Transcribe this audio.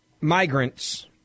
migrants